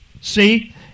See